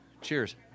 cheers